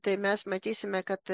tai mes matysime kad